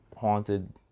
haunted